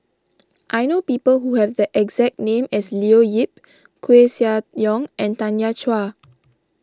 I know people who have the exact name as Leo Yip Koeh Sia Yong and Tanya Chua